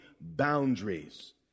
boundaries